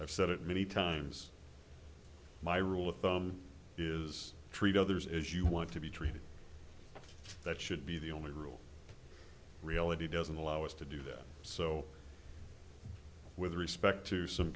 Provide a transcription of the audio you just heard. i've said it many times my rule of thumb is treat others as you want to be treated that should be the only rule reality doesn't allow us to do that so with respect to some